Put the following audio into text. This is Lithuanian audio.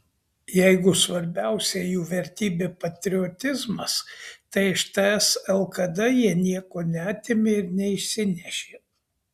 jeigu svarbiausia jų vertybė patriotizmas tai iš ts lkd jie nieko neatėmė ir neišsinešė